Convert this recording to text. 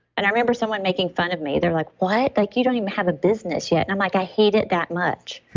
and i remember someone making fun of me. they're like, what? like you don't even have a business yet. and i'm like, i hate it that much.